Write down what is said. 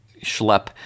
schlep